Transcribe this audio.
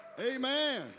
Amen